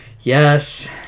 Yes